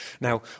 Now